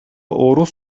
орус